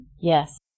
yes